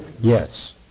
Yes